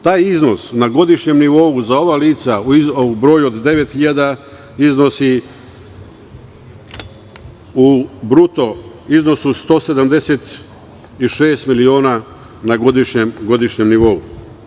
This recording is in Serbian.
Taj iznos, na godišnjem nivou, za ova lica u broju od 9.000 iznosi u bruto iznosu 176 miliona na godišnjem nivou.